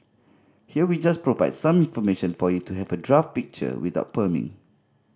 here we just provide some information for you to have a draft picture without perming